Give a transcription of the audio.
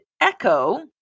echo